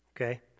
Okay